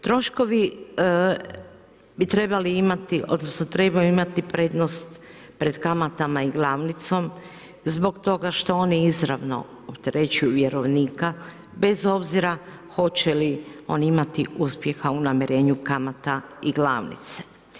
Troškovi bi trebali imati, odnosno trebaju imati prednost pred kamatama i glavnicom zbog toga što oni izravno opterećuju vjerovnika bez obzira hoće li oni imati uspjeha u namirenju kamata i glavnice.